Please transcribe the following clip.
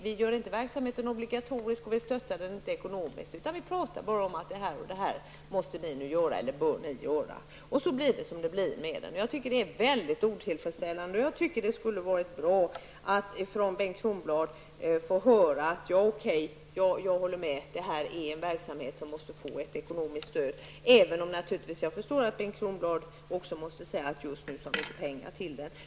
Vi gör inte verksamheten obligatorisk, och vi stöder den inte ekonomiskt utan bara talar om vad som bör göras. Det blir då som det blir. Jag tycker att det är väldigt otillfredsställande. Jag tycker att det skulle vara bra att från Bengt Kronblad här få höra att han tycker att den här verksamheten måste få ekonomiskt stöd, även om jag naturligtvis förstår att Bengt Kronblad också måste säga att det just nu inte finns pengar.